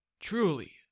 Truly